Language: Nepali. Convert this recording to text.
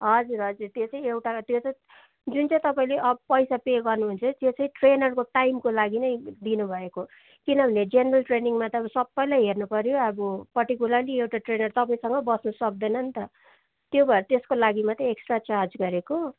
हजुर हजुर त्यो चाहिँ एउटा त्यो चाहिँ जुन चाहिँ तपाईँले अब पैसा पे गर्नुहुन्छ त्यो चाहिँ ट्रेनरको टाइमको लागि नै दिनुभएको किनभने जेनरल ट्रेनिङमा त अब सबैलाई हेर्नुपऱ्यो अब पर्टिकुलरली एउटा ट्रेनर तपाईँसँगै बस्नु सक्दैन नि त त्यो भएर त्यसको लागि मात्रै एक्सट्रा चार्ज गरेको